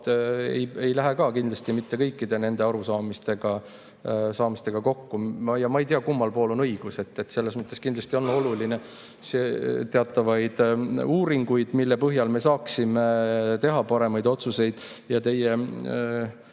ei lähe kindlasti mitte kõikide nende arusaamistega kokku. Ma ei tea, kummal poolel on õigus. Selles mõttes on kindlasti oluline teha uuringuid, mille põhjal me saaksime teha paremaid otsuseid. Aga teie